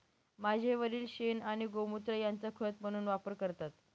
माझे वडील शेण आणि गोमुत्र यांचा खत म्हणून वापर करतात